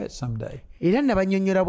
someday